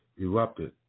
erupted